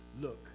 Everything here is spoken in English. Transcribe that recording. look